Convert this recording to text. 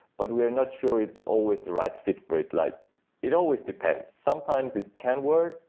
but we are not sure it's always the right fit for it. like it always depends. sometimes it can work,